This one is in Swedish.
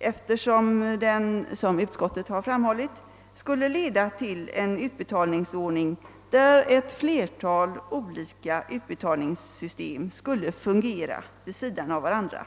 Förslaget skulle, som utskottsmajoriteten framhållit, leda till en ordning där ett flertal olika utbetalningssystem skulle fungera vid sidan av varandra.